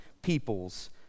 people's